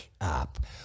up